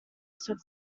stood